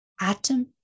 atom